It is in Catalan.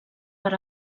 per